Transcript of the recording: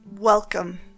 Welcome